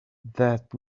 that